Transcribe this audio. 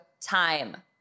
time